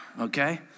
okay